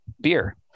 beer